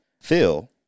Phil